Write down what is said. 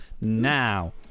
Now